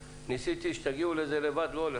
ניסיתי שתגיעו לזה לבד אבל לא הולך,